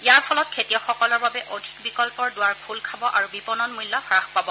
ইয়াৰ ফলত খেতিয়কসকলৰ বাবে অধিক বিকল্পৰ দুৱাৰ খোল খাব আৰু বিপনন মূল্য হ্থাস পাব